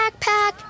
backpack